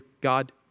God